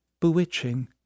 Bewitching